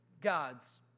God's